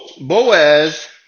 Boaz